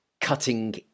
cutting